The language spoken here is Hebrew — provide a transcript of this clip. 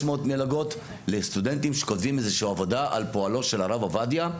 מלגות לסטודנטים שכותבים איזושהי עבודה על פועלו של הרב עובדיה,